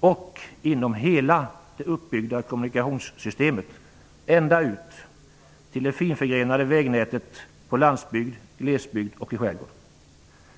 och inom hela det uppbyggda kommunikationssystemet, ända ut till det finförgrenade vägnätet i landsbygd, glesbygd och skärgård.